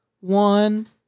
one